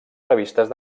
revistes